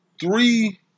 three